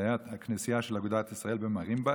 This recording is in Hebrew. שהייתה הכנסייה של אגודת ישראל במרינבד,